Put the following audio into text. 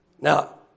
Now